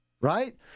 Right